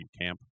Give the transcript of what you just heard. camp